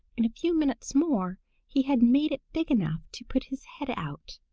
in a few minutes more he had made it big enough to put his head out.